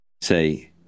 Say